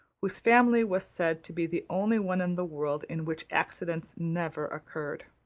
whose family was said to be the only one in the world in which accidents never occurred.